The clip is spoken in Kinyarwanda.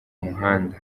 muhanda